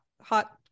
hot